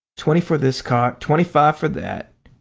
twenty for this cock, twenty-five for that.